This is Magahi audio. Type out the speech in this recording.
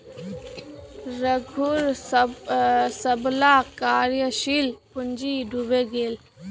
रघूर सबला कार्यशील पूँजी डूबे गेले